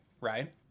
right